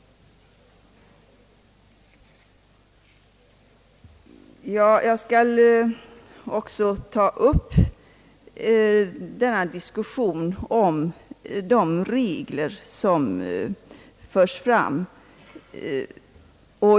Jag skall också ta upp diskussionen om de regler som förs fram.